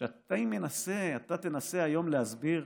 כשאתה מנסה היום להסביר,